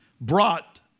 brought